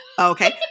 Okay